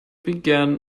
began